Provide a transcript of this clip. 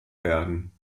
werden